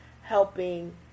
helping